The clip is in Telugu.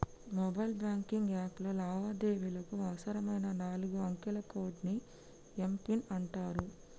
మొబైల్ బ్యాంకింగ్ యాప్లో లావాదేవీలకు అవసరమైన నాలుగు అంకెల కోడ్ ని యం.పి.ఎన్ అంటరు